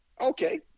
Okay